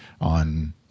on